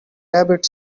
rabbit